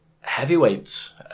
Heavyweights